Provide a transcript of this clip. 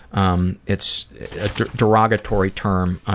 um it's a derogatory term.